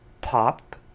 pop